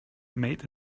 made